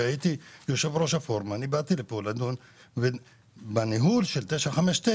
הייתי יושב ראש הפורום באתי לדון כאן בניהול של 959,